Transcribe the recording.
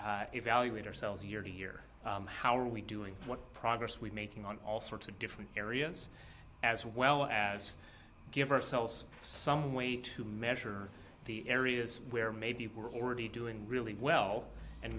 and evaluate ourselves year to year how are we doing what progress we've made on all sorts of different areas as well as give ourselves some way to measure the areas where maybe we're already doing really well and